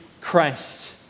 Christ